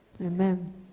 Amen